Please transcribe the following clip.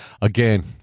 Again